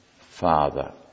Father